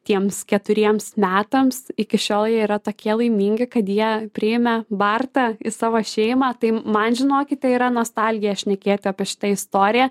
tiems keturiems metams iki šiol jie yra tokie laimingi kad jie priėmė bartą į savo šeimą tai man žinokite yra nostalgija šnekėti apie šitą istoriją